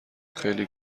خیلی